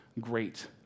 great